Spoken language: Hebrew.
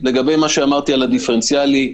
מה שאמרתי על הדיפרנציאלי,